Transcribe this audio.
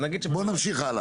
בואו נמשיך הלאה.